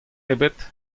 ebet